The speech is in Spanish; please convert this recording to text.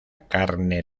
carne